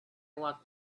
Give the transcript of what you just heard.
walked